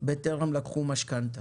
בטרם לקחו משכנתא.